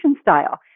style